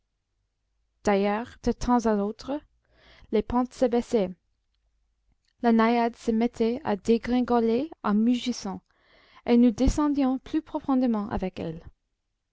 d'ailleurs de temps à autre les pentes s'abaissaient la naïade se mettait à dégringoler en mugissant et nous descendions plus profondément avec elle